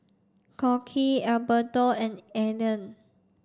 Crockett Alberto and Alleen